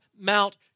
Mount